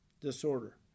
disorder